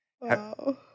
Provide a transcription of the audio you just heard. Wow